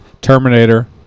Terminator